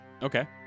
Okay